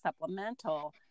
supplemental